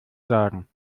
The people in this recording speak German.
sagen